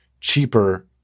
cheaper